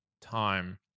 time